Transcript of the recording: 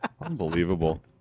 Unbelievable